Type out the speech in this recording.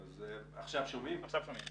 היא עבת כרס, אז בוא נדלג עליה.